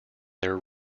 their